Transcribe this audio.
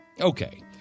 Okay